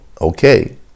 okay